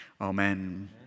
amen